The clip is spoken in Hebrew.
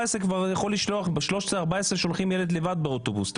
ילד בגיל 13 או 14 שולחים לבד באוטובוס.